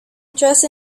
dressed